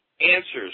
answers